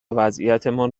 وضعیتمان